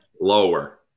Lower